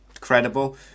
credible